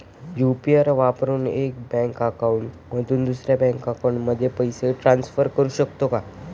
UPI वापरून एका bank account मधून दुसऱ्या बँक अकाउंटमध्ये पैसे ट्रान्सफर करू शकतो का?